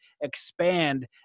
expand